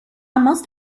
must